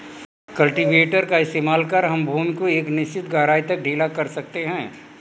cultivator का इस्तेमाल कर हम भूमि को एक निश्चित गहराई तक ढीला कर सकते हैं